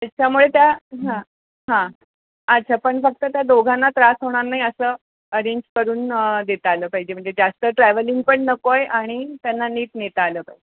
त्याच्यामुळे त्या हां हां अच्छा पण फक्त त्या दोघांना त्रास होणार नाही असं अरेंज करून देता आलं पाहिजे म्हणजे जास्त ट्रॅव्हलिंग पण नको आहे आणि त्यांना नीट नेता आलं पाहिजे